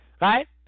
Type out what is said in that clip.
right